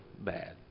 bad